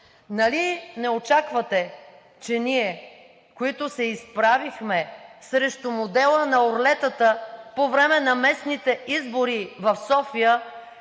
не очаквате, че ние, които се изправихме срещу модела на орлетата по време на местните избори в София,